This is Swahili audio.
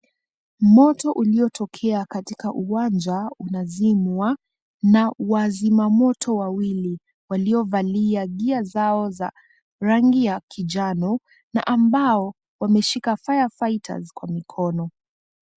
Moto uliotokea katika uwanja unazimwa na wazimamoto wawili waliovalia gear zao za rangi ya kinjano na ambao wameshika fire fighters kwa mikono.